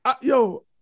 Yo